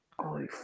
Holy